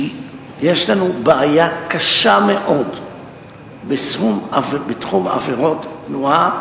כי יש לנו בעיה קשה מאוד בתחום עבירות התנועה,